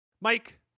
Mike